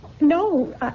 No